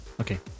Okay